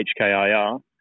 HKIR